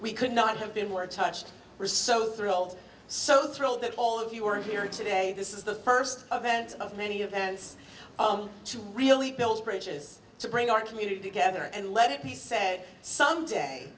we could not have been were touched were so thrilled so thrilled that all of you were here today this is the first event of many events to really build bridges to bring our community together and let it be said some day